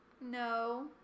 No